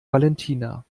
valentina